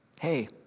Hey